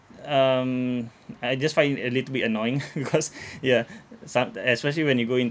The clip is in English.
um I just find it a little bit annoying because yeah sub~ especially when you go